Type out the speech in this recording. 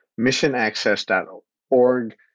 Missionaccess.org